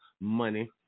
money